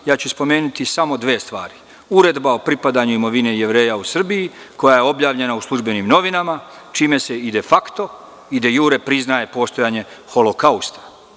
Samo ću spomenuti dve stvari: Uredba o pripadanju imovine Jevreja u Srbiji koja je objavljena u službenim novinama, čime se defakto i dejure priznaje postojanje holokausta.